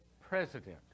president